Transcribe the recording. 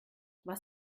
was